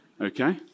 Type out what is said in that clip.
Okay